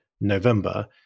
November